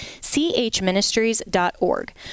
chministries.org